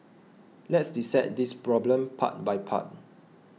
let's dissect this problem part by part